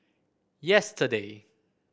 yesterday